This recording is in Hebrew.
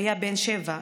שהיה בן שבע,